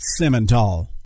simmental